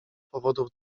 powodów